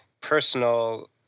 personal